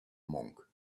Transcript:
monk